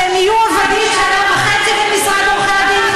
שהם יהיו עבדים שנה וחצי במשרד עורכי דין?